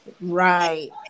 right